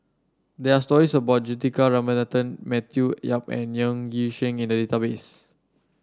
there are stories about Juthika Ramanathan Matthew Yap and Ng Yi Sheng in the database